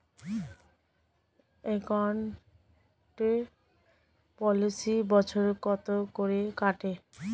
Accident policy বছরে কত করে কাটে?